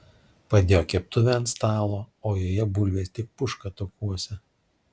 padėjo keptuvę ant stalo o joje bulvės tik puška taukuose